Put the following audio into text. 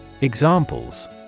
Examples